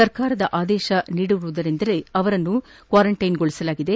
ಸರ್ಕಾರದ ಆದೇಶ ನೀಡಿರುವುದರಿಂದಲೇ ಅವರನ್ನು ಕ್ವಾರಂಟೈನ್ಗೊಳಿಸಲಾಗಿದೆ